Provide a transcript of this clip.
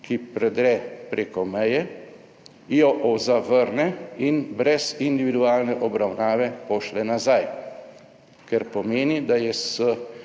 ki predre preko meje, jo zavrne in brez individualne obravnave pošlje nazaj, kar pomeni, da je s